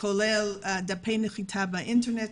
כולל דפי נחיתה באינטרנט,